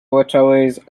waterways